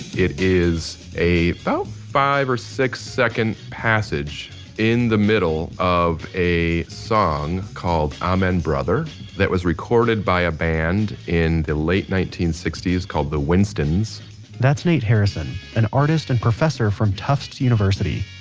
it is a about five or six second passage in the middle of a song called amen brother that was recorded by a band in the late nineteen sixty s called the winstons that's nate harrison, an artist and professor from tufts university.